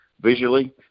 visually